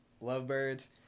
Lovebirds